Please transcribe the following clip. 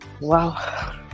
Wow